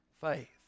faith